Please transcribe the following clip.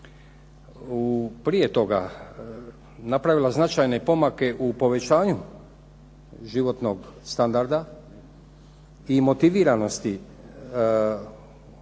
prije toga napravila značajne pomake u povećanju životnog standarda i motiviranosti osoblja